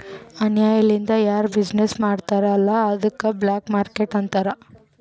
ಅನ್ಯಾಯ ಲಿಂದ್ ಯಾರು ಬಿಸಿನ್ನೆಸ್ ಮಾಡ್ತಾರ್ ಅಲ್ಲ ಅದ್ದುಕ ಬ್ಲ್ಯಾಕ್ ಮಾರ್ಕೇಟ್ ಅಂತಾರ್